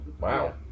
Wow